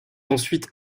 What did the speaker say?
ensuite